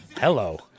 hello